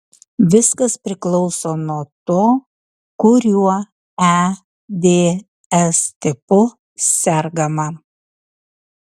viskas priklauso nuo to kuriuo eds tipu sergama